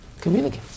communicate